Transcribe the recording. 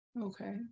okay